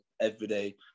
everyday